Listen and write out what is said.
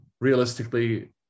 realistically